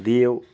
দিয়েও